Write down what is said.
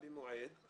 הצבעה בעד 2 נגד